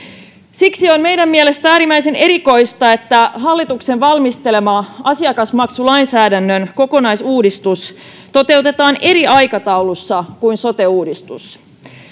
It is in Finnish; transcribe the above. siksi on meidän mielestämme äärimmäisen erikoista että hallituksen valmistelema asiakasmaksulainsäädännön kokonaisuudistus toteutetaan eri aikataulussa kuin sote uudistus